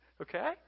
Okay